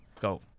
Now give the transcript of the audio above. Go